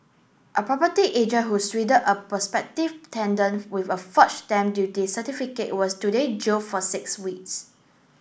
a property agent who swindled a prospective with a forged stamp duty certificate was today jail for six weeks